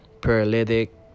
paralytic